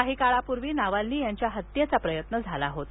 काही काळापूर्वी नाव्हाल्नी यांच्या हत्येचा प्रयत्न झाला होता